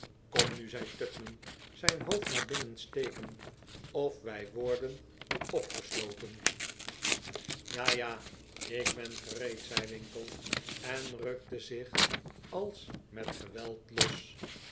kom nu zei tupman zijn hoofd naar binnen stekend of wij worden opgesloten ja ja ik ben gereed zei winkle en rukte zich als met geweld los